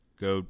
Go